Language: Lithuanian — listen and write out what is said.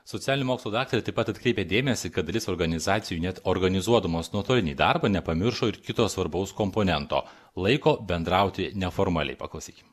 socialinių mokslų daktarė taip pat atkreipė dėmesį kad dalis organizacijų net organizuodamos nuotolinį darbą nepamiršo ir kito svarbaus komponento laiko bendrauti neformaliai paklausykim